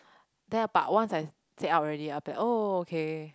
then but once I said out already I'll be oh okay